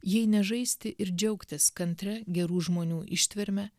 jei ne žaisti ir džiaugtis kantria gerų žmonių ištverme